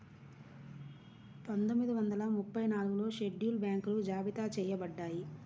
పందొమ్మిది వందల ముప్పై నాలుగులో షెడ్యూల్డ్ బ్యాంకులు జాబితా చెయ్యబడ్డాయి